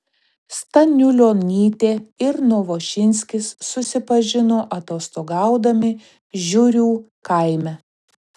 staniulionytė ir novošinskis susipažino atostogaudami žiurių kaime